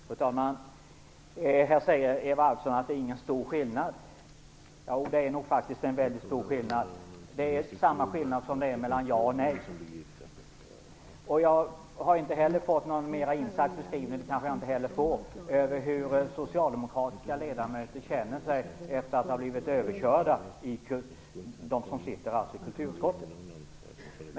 Fru talman! Eva Arvidsson säger att det inte är någon stor skillnad. Det är nog faktiskt en mycket stor skillnad. Det är lika stor skillnad som det är mellan ja och nej. Jag har inte fått någon närmare beskrivning - och det får jag kanske inte heller - över hur socialdemokratiska ledamöter i kulturutskottet känner sig efter att ha blivit överkörda.